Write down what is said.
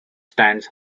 stands